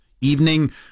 evening